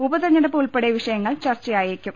ഉപതെരഞ്ഞെടുപ്പ് ഉൾപ്പടെ വിഷയങ്ങൾ ചർച്ച യായേക്കും